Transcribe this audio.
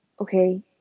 Okay